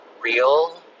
real